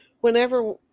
Whenever